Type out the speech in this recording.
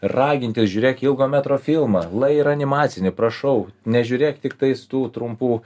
raginti žiūrėk ilgo metro filmą lai ir animacinį prašau nežiūrėk tiktais tų trumpų